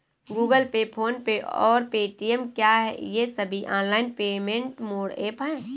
Google pay PhonePe और Paytm क्या ये सभी ऑनलाइन पेमेंट मोड ऐप हैं?